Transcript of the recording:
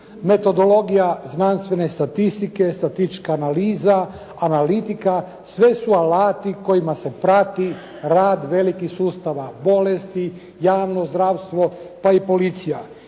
Metodologija znanstvene statistike, statistička analiza, analitika sve su alati kojima se prati rad velikih sustava, bolesti, javno zdravstvo pa i policija.